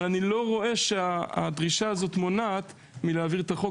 אבל אני לא רואה שהדרישה הזאת מונעת מלהעביר את החוק